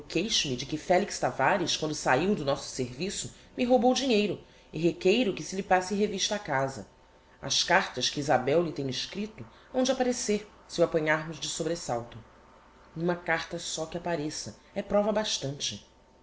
felix tavares quando sahiu do nosso serviço me roubou dinheiro e requeiro que se lhe passe revista á casa as cartas que isabel lhe tem escripto hão de apparecer se o apanharmos de sobresalto uma carta só que appareça é prova bastante